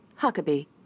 Huckabee